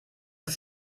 ist